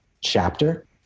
chapter